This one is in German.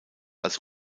als